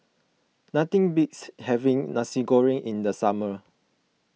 nothing beats having Nasi Goreng in the summer